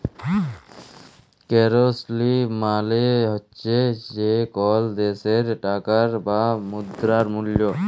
currency মালে হছে যে কল দ্যাশের টাকার বা মুদ্রার মূল্য